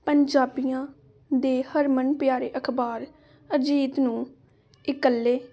ਪੰਜਾਬੀਆਂ ਦੇ ਹਰਮਨ ਪਿਆਰੇ ਅਖ਼ਬਾਰ ਅਜੀਤ ਨੂੰ ਇਕੱਲੇ